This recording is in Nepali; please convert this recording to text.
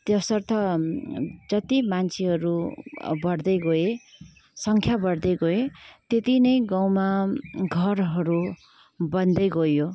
त्यसर्थ जति मान्छेहरू बढ्दै गए सङ्ख्या बढ्दै गए त्यत्ति नै गाउँमा घरहरू बन्दै गयो